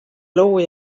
loo